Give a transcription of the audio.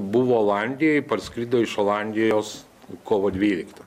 buvo olandijoj parskrido iš olandijos kovo dvyliktą